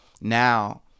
now